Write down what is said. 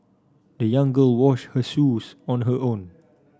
the young girl washed her shoes on her own